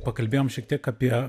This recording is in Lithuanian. pakalbėjome šiek tiek apie